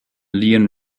leon